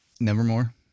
nevermore